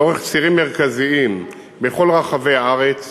לאורך צירים מרכזיים בכל רחבי הארץ,